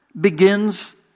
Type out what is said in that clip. begins